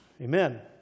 Amen